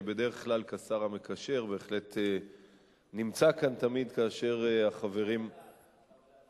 אני בדרך כלל כשר המקשר בהחלט נמצא כאן תמיד כאשר החברים מדברים,